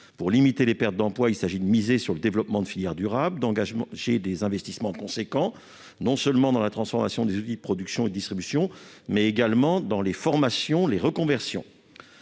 Pour limiter les pertes d'emplois, il s'agit de miser sur le développement de filières durables, d'engager des investissements importants, non seulement dans la transformation des outils de production et de distribution, mais également dans les formations et les reconversions.